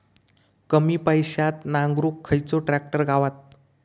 कमी पैशात नांगरुक खयचो ट्रॅक्टर गावात?